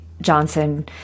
Johnson